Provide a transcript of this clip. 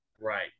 right